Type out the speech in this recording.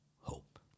hope